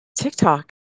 TikTok